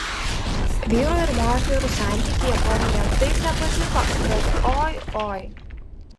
vyrų ir moterų santykiai japonijoje taip nepatiko kad oi oi